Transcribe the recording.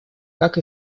как